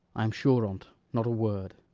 i am sure on't, not a word.